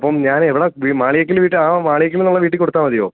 അപ്പം ഞാൻ എവിടാ മാളിയേക്കൽ വീട്ടിൽ ആ മാളിയേക്കൽ എന്ന വീട്ടിൽ കൊടുത്താൽ മതിയോ